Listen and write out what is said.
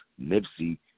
Nipsey